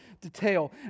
detail